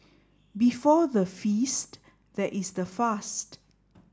before the feast there is the fast